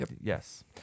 Yes